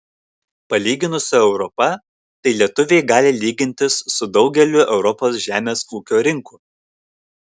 palyginus su europa tai lietuviai gali lygintis su daugeliu europos žemės ūkio rinkų